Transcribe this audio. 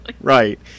right